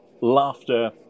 Laughter